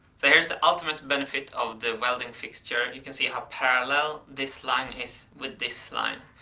so here's the ultimate benefit of the welding fixture, you can see how parallel this line is with this line.